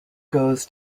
goes